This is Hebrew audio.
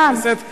הוא יסתפק